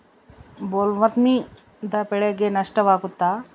ಬೊಲ್ವರ್ಮ್ನಿಂದ ಬೆಳೆಗೆ ನಷ್ಟವಾಗುತ್ತ?